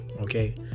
Okay